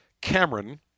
Cameron